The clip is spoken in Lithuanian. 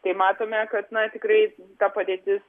tai matome kad na tikrai ta padėtis